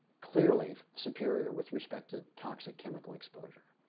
clearly superior with respect to toxic chemical exposure.